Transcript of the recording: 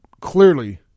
clearly